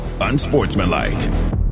unsportsmanlike